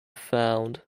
found